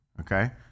okay